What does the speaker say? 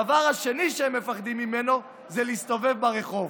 הדבר השני שהם מפחדים ממנו זה להסתובב ברחוב.